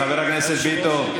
חבר הכנסת ביטון.